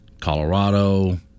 Colorado